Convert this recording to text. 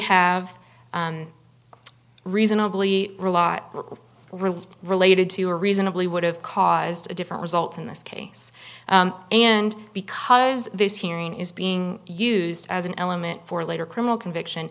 have reasonably rely really related to a reasonably would have caused a different result in this case and because this hearing is being used as an element for later criminal conviction